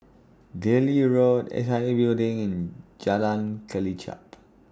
Delhi Road S I A Building in Jalan Kelichap